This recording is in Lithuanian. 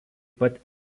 pat